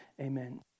Amen